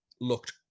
looked